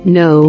no